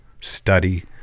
study